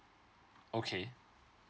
okay